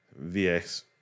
VX